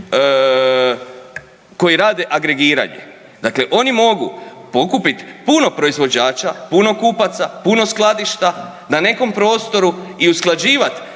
koji rade agregiranje, dakle oni mogu pokupit puno proizvođača, puno kupaca, puno skladišta ne nekim prostoru i usklađivat